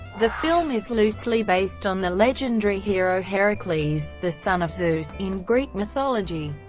the film is loosely based on the legendary hero heracles, the son of zeus, in greek mythology.